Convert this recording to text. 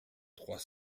trois